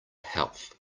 health